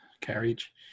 carriage